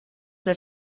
del